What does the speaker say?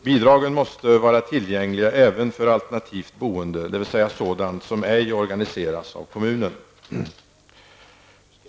Bidragen måste vara tillgängliga även för alternativt boende, dvs. sådant som ej organiseras av kommunen.